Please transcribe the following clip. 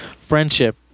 Friendship